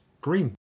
green